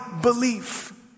belief